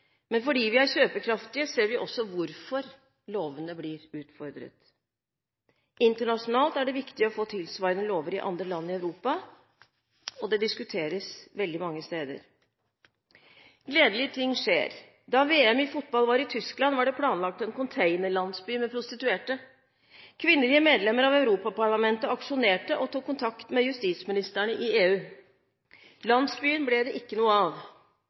Men fordi vi er kjøpekraftige, ser vi også hvorfor lovene blir utfordret. Internasjonalt er det viktig å få tilsvarende lover i andre land i Europa, og det diskuteres veldig mange steder. Gledelige ting skjer: Da VM i fotball var i Tyskland, var det planlagt en containerlandsby med prostituerte. Kvinnelige medlemmer av Europaparlamentet aksjonerte og tok kontakt med justisministrene i EU. Landsbyen ble det ikke noe av.